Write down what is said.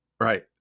right